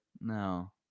No